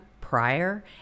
prior